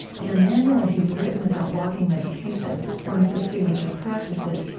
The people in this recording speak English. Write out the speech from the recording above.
in a manual he's written about walking meditation, one of his signature practices,